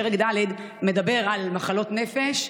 פרק ד' מדבר על מחלות נפש,